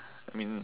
I mean